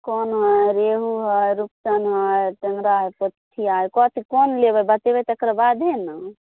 कोन है रेहू है रूपचन्द है टेङ्गरा है पोठिया है कथी कोन लेबै बतेबै तकर बादे ने